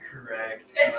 correct